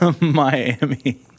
Miami